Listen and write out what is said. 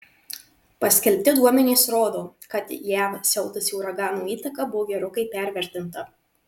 paskelbti duomenys rodo kad jav siautusių uraganų įtaka buvo gerokai pervertinta